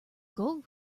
gold